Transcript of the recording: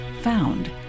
found